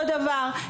אותו דבר,